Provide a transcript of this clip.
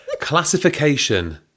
Classification